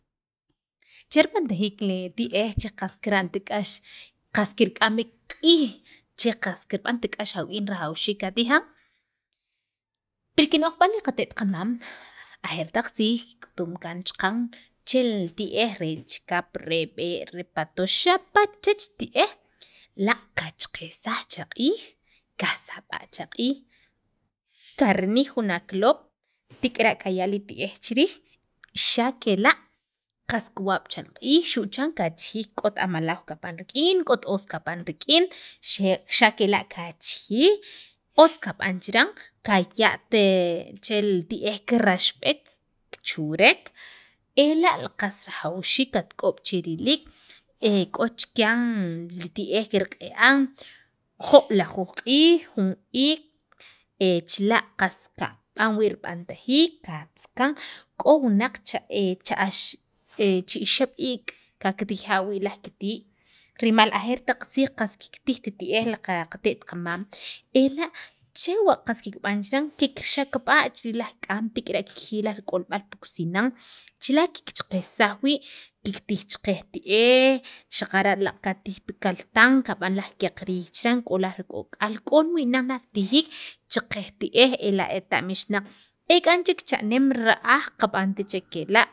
che rib'antajiik li ti'ej qast kirb'ant k'ax, qas kirk'am b'iik q'iij che qas kirb'ant k'ax awuk'in rajawxiik qatijan pi kino'jb'aal qate't qamam ajeer taq tziij k'utum kaan chaqanche li ti'ej re chikap, re b'ee' re patox xapa' chech ti'ej laaq' qachaqajsaj cha q'iij kasab'a' cha q'iij karinij jun akoloob' tek'ara' kaya' li ti'ej chi riij xa' kela' qas kiwab' chel q'iij xu' chan qas kachijij k'ot amalaw rik'in k'ot os kapan rik'in xe' kela' kachijij otz kab'an chiran kaya't che li ti'ej kiraxb'ek kichuwrek ela' qas rajawxiik katk'ob' che riliik e k'o chikyan li ti'ej kirq'i'an jo'lajuj q'iij jun iik' chila' qas kab'an wii' rib'antajiik katzakan k'o wunaq cha ax chi ixeb' iik' kajkitija' wii' laj kitii' rimal ajeer taq tziij qas kiktijt ti'ej qate't qamam ela' chewa' qas kikb'an chiran kikxakb'a' che laj k'am tik'ara' kikjiyij laj k'olb'al pi kusinan chila' kikcheqejsaj wii' kiktij cheqe'j ti'ej xaqara' laaq' katij pi kaltan kab'an laj kyaq riij chiran k'o laj rik'ok'al k'on wii' nan ritijiik cheqej ti'ej ela' eta'mixnaq ek'an chek cha'neem ra'aj qab'ant chek kela'.